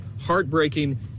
heartbreaking